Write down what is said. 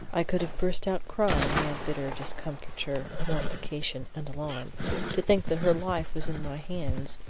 i could have burst out crying in my bitter discomfiture, mortification, and alarm to think that her life was in my hands,